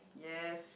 yes